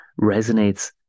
resonates